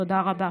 תודה רבה.